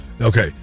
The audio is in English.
Okay